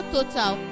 Total